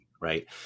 right